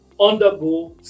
undergo